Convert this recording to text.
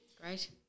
Great